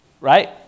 right